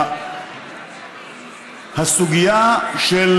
הסוגיה של